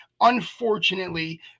unfortunately